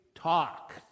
talk